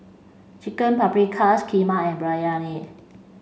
chicken Paprikas Kheema and Biryani